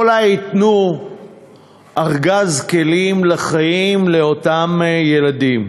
אולי ייתנו ארגז כלים לחיים לאותם ילדים.